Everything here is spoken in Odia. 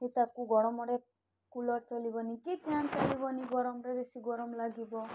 ହେତାକୁ ଗରମରେ କୁଲର ଚାଲିବନି କି ଫ୍ୟାନ୍ ଚଲିବନି ଗରମରେ ବେଶୀ ଗରମ ଲାଗିବ